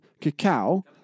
Cacao